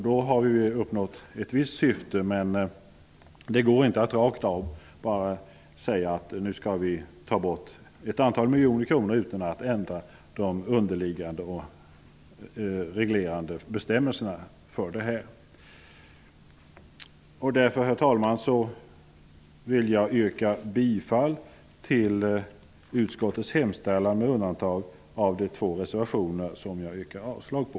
Då har vi uppnått ett visst syfte. Men det går inte bara att rakt av säga att vi nu skall ta bort ett antal miljoner kronor utan att ändra de underliggande reglerande bestämmelserna för detta. Herr talman! Jag yrkar därför bifall till utskottets hemställan med undantag av de två reservationer som jag yrkar avslag på.